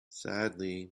sadly